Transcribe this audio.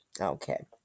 Okay